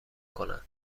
کنند